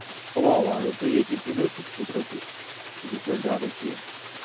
اَوا اَوا اَگر تُہۍ ییٚتی تُلِو تہٕ سُہ گوٚو سُہ گوٚو تیٚلہِ زیادَے ٹھیٖک